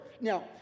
Now